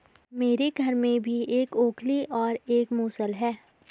मेरे घर में भी एक ओखली और एक मूसल है